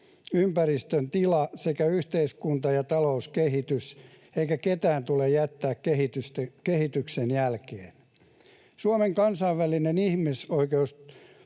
ympäristön tila sekä yhteiskunta‑ ja talouskehitys, eikä ketään tule jättää kehityksestä jälkeen. Suomen kansainvälisen ihmisoikeustoiminnan